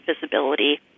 visibility